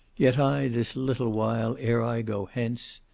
yet i, this little while ere i go hence,